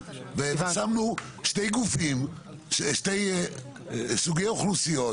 ושמנו שני סוגי אוכלוסיות.